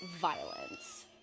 violence